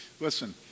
Listen